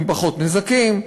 עם פחות נזקים.